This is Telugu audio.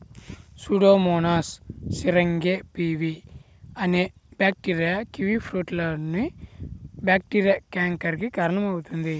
సూడోమోనాస్ సిరింగే పివి అనే బ్యాక్టీరియా కివీఫ్రూట్లోని బ్యాక్టీరియా క్యాంకర్ కి కారణమవుతుంది